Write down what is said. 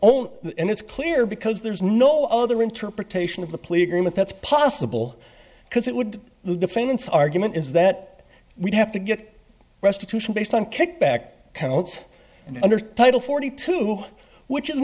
all and it's clear because there's no other interpretation of the plea agreement that's possible because it would the defendant's argument is that we'd have to get restitution based on kickback counts and under title forty two which is